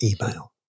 email